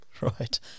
Right